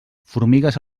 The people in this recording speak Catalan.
formigues